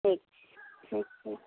ठीक छै ठीक छै